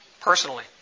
Personally